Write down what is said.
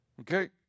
Okay